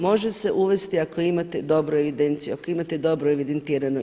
Može se uvesti ako imate dobru evidenciju, ako imate dobro evidentirano.